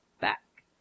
back